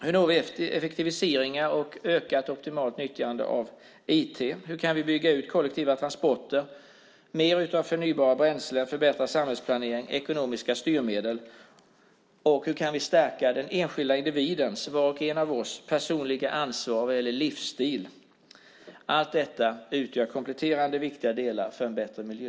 Hur når vi effektiviseringar och ökat, optimalt, nyttjande av IT? Hur kan vi bygga ut kollektiva transporter, få mer förnybara bränslen, förbättra samhällsplaneringen, skapa ekonomiska styrmedel? Och hur kan vi stärka den enskilda individens personliga ansvar eller livsstil? Det gäller var och en av oss. Allt detta utgör kompletterande, viktiga delar för en bättre miljö.